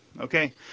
Okay